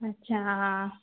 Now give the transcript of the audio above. अच्छा हा हा